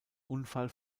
unfall